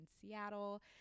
Seattle